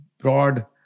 broad